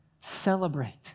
celebrate